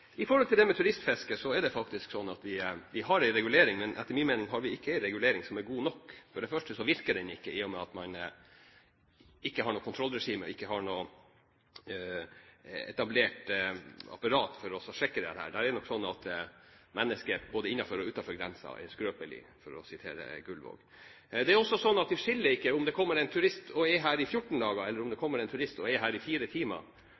i fisket må følges opp av kontrolltiltak. Menneskeheten er, som kjent, relativt skrøpelig. Jeg vil takke for veldig gode innlegg og foreta en liten oppsummering av noen av innspillene som er kommet. Når det gjelder turistfisket, har vi en regulering, men etter min mening ikke en regulering som er god nok. For det første virker den ikke, i og med at man ikke har noe kontrollregime og ikke har etablert et apparat for å sjekke dette. Det er nok slik at mennesket er skrøpelig både innenfor og utenfor grensen, for å sitere Gullvåg. Det er også slik at det ikke er noe skille om det kommer en turist som er her